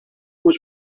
was